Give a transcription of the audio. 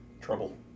Trouble